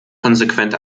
konsequent